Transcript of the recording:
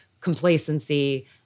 complacency